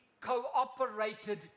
cooperated